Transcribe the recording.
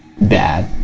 Bad